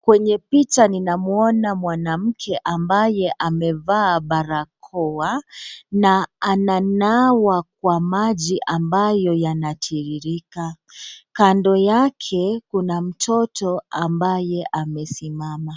Kwenye picha ninamuona mwanamke ambaye amevaa barakoa na ananawa kwa maji ambayo yanatiririka. Kando yake kuna mtoto ambaye amesimama.